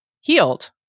healed